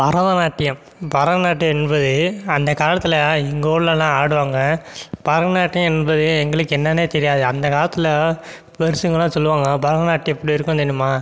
பரதநாட்டியம் பரதநாட்டியம் என்பது அந்த காலத்தில் எங்கள் ஊர்லலாம் ஆடுவாங்க பரதநாட்டியம் என்பது எங்களுக்கு என்னென்னே தெரியாது அந்தக் காலத்தில் பெருசுங்க எல்லாம் சொல்வாங்க பரதநாட்டியம் எப்படி இருக்கும்ன்னு தெரியுமா